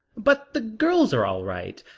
but the girls are all right.